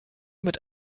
mit